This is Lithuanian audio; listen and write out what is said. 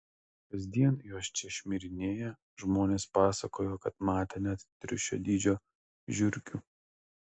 kasdien jos čia šmirinėja žmonės pasakojo kad matę net triušio dydžio žiurkių